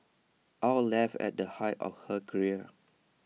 aw left at the height of her career